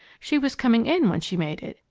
she was coming in when she made it.